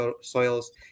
soils